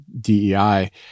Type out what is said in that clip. DEI